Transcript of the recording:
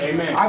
Amen